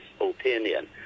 opinion